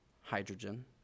hydrogen